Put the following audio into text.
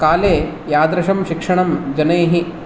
काले यादृशं शिक्षणं जनैः